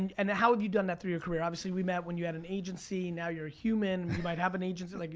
and how have you done that through you're career? obviously we met when you had an agency, now you're human, you might have an agency, like